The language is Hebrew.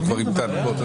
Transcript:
דבריי